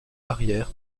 arrière